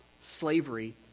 slavery